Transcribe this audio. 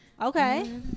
Okay